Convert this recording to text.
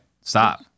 Stop